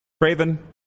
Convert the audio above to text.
Craven